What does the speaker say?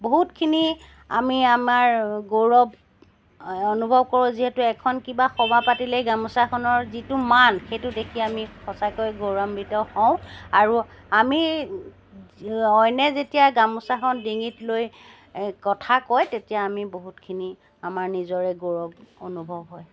বহুতখিনি আমি আমাৰ গৌৰৱ অনুভৱ কৰোঁ যিহেতু এখন কিবা সভা পাতিলেই গামোচাখনৰ যিটো মান সেইটো দেখি আমি সঁচাকৈ গৌৰাম্বিত হওঁ আৰু আমি অইনে যেতিয়া গামোচাখন ডিঙিত লৈ কথা কয় তেতিয়া আমি বহুতখিনি আমাৰ নিজৰে গৌৰৱ অনুভৱ হয়